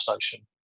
station